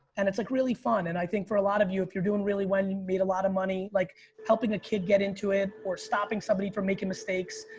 and it's like really fun. and i think for a lot of you, if you're doing really well, made a lot of money, like helping a kid get into it or stopping somebody from making mistakes.